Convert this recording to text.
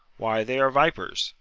why, they are vipers.